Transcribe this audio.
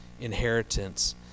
inheritance